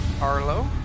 Arlo